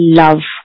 love